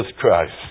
Christ